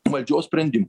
valdžios sprendimų